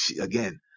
again